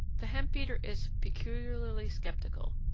the hemp-beater is peculiarly sceptical.